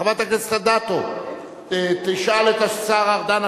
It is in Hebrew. חברת הכנסת אדטו תשאל את השר ארדן,